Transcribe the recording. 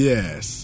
Yes